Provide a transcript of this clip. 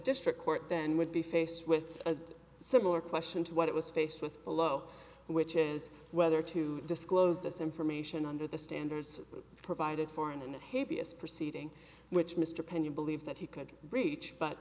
district court then would be faced with a similar question to what it was faced with below which is whether to disclose this information under the standards provided for in and of habeas proceeding which mr pena believes that he could reach but